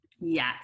yes